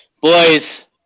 Boys